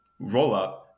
rollup